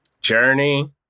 Journey